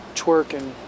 twerking